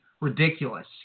ridiculous